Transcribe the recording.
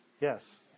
Yes